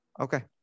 okay